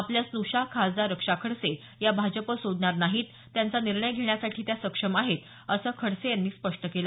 आपल्या स्नुषा खासदार रक्षा खडसे या भाजप सोडणार नाहीत त्यांचा निर्णय घेण्यासाठी त्या सक्षम आहेत असं खडसे यांनी स्पष्ट केलं